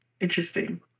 interesting